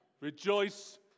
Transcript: rejoice